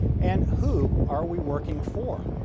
and who are we working for?